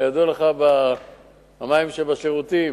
כידוע לך, המים בשירותים